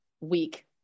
week